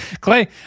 clay